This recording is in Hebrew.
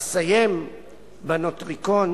אסיים בנוטריקון